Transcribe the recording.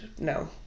no